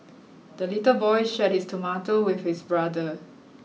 the little boy shared his tomato with his brother